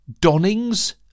Donnings